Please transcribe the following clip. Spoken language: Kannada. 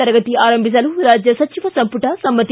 ತರಗತಿ ಆರಂಭಿಸಲು ರಾಜ್ಯ ಸಚಿವ ಸಂಮಟ ಸಮ್ಪತಿ